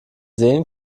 sehen